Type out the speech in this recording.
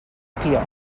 appeal